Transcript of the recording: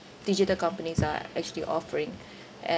digital companies are actually offering